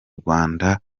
rwanda